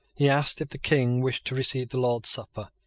he asked if the king wished to receive the lord's supper.